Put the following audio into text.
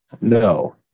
no